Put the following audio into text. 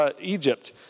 Egypt